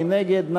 מי נגד?